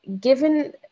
given